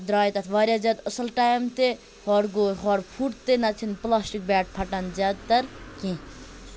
دراے تَتھ واریاہ زیادٕ اَصل ٹایِم تہِ ہورِ گو ہورٕ پھُٹ تہِ نَتہٕ چھنہٕ پلاسٹِک بیٹ پھَٹان زیادٕ تَر کینٛہہ